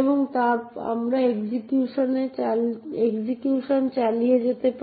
এবং আমরা এক্সিকিউশন চালিয়ে যেতে পারি